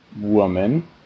woman